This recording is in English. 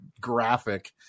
graphic